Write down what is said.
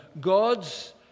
God's